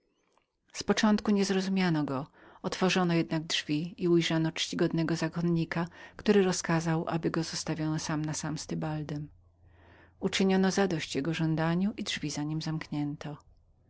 z początku nie zrozumiano go otworzono jednak drzwi i ujrzano wchodzącego szanownego zakonnika który rozkazał aby go zostawiono sam na sam z tybaldem uczyniono zadość jego żądaniu i drzwi za nim zamknięto